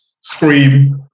scream